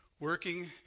working